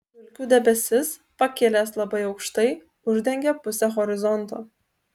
dulkių debesis pakilęs labai aukštai uždengia pusę horizonto